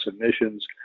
emissions